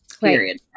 Period